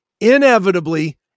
inevitably